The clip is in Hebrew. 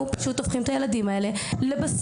אנחנו פשוט הופכים את הילדים האלה לבשר,